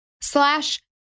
slash